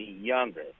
younger